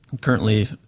currently